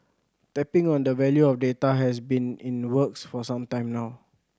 tapping on the value of data has been in the works for some time now